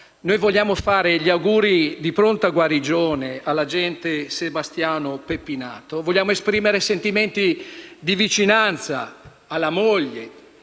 Nord, voglio fare gli auguri di pronta guarigione all’agente Sebastiano Pettinato, esprimere sentimenti di vicinanza alla moglie,